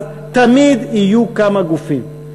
אז תמיד יהיו כמה גופים.